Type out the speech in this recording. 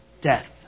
death